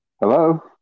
Hello